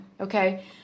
okay